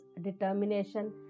determination